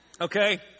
Okay